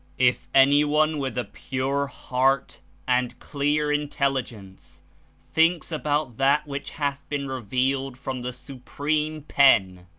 if any one with a pure heart and clear intelligence thinks about that which hath been revealed from the supreme pen,